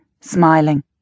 smiling